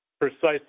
Precisely